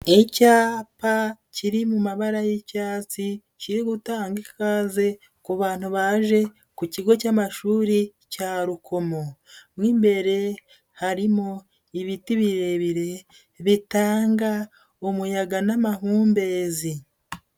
Icyapa kiri mu mabara y'icyatsi, kiri gutanga ikaze ku bantu baje ku kigo cy'amashuri cya Rukomo. Mo imbere harimo ibiti birebire bitanga umuyaga n'amahumbezi.